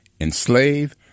enslave